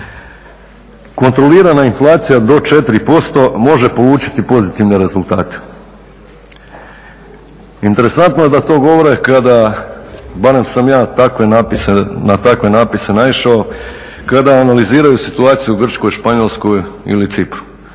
kontrolirana inflacija do 4% može polučiti pozitivne rezultate. Interesantno je da to govore kada, barem sam ja takve napise, na takve napise naišao, kada analiziraju situaciju u Grčkoj, Španjolskoj ili Cipru.